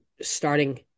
starting